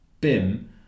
Bim